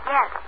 Yes